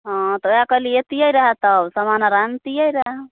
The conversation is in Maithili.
हँ तऽ ओएह कहलियै एतियै रऽ तब समान आर अनतियै रऽ